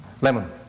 lemon